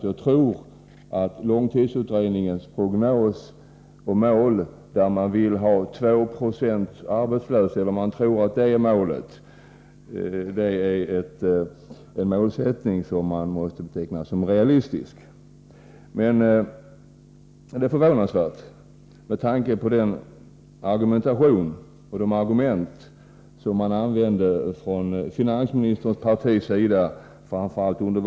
Jag tror att långtidsutredningens prognos och mål — man har 2 90 arbetslösa som mål, och tror också att det kommer att bli så — måste betecknas som realistiskt. Med tanke på de argument som finansministerns parti använde framför allt under valrörelsen är detta förvånansvärt.